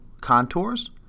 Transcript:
contours